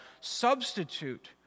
substitute